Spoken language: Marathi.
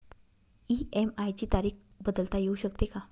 इ.एम.आय ची तारीख बदलता येऊ शकते का?